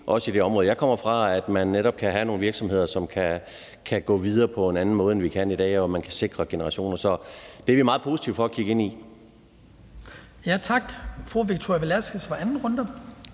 jeg kommer fra, at man netop kan have nogle virksomheder, som kan gå videre på en anden måde, end vi kan i dag, og at man kan sikre generationer. Så det er vi meget positive over for at kigge ind i.